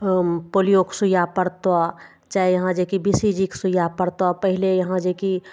पोलियोके सुइया परतऽ चाहे यहाँ जे कि बी सी जी के सुइया पड़तऽ पहिले यहाँ जे कि